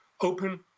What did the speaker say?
open